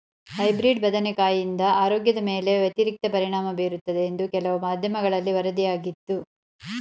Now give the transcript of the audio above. hybrid ಬದನೆಕಾಯಿಂದ ಆರೋಗ್ಯದ ಮೇಲೆ ವ್ಯತಿರಿಕ್ತ ಪರಿಣಾಮ ಬೀರುತ್ತದೆ ಎಂದು ಕೆಲವು ಮಾಧ್ಯಮಗಳಲ್ಲಿ ವರದಿಯಾಗಿತ್ತು